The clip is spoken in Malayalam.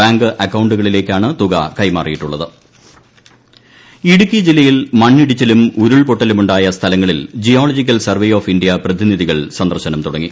ബാങ്ക് അക്കൌണ്ടുകളിലേക്കാണ് തുക കൈമാറിയിട്ടുള്ളത് ട്ടടടടടടടടടടട ഇടുക്കി ഇൻഡ്രോ ഇടുക്കി ജില്ലയിൽ മണ്ണിടിച്ചിലും ഉരുൾപൊട്ടലുമുണ്ടായ സ്ഥലങ്ങളിൽ ജിയോളജിക്കൽ സർവേ ഓഫ് ഇന്ത്യ പ്രതിനിധികൾ സന്ദർശനം തുടങ്ങി